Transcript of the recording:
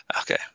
okay